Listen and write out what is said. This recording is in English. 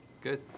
Good